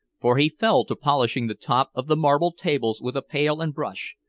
for he fell to polishing the top of the marble tables with a pail and brush,